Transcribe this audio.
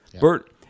Bert